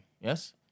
Yes